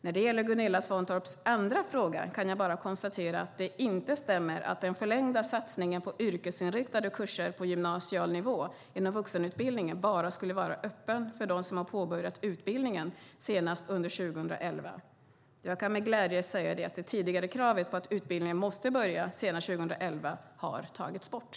När det gäller Gunilla Svantorps andra fråga kan jag bara konstatera att det inte stämmer att den förlängda satsningen på yrkesinriktade kurser på gymnasial nivå inom vuxenutbildningen bara skulle vara öppen för dem som har påbörjat utbildningen senast under 2011. Jag kan med glädje säga att det tidigare kravet på att utbildningen måste påbörjas senast under 2011 har tagits bort.